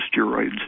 steroids